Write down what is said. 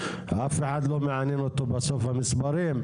אף אחד לא מעניין אותו בסוף המספרים,